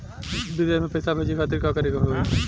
विदेश मे पैसा भेजे खातिर का करे के होयी?